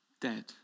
dead